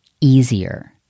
easier